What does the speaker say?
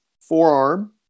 Forearm